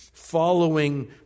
following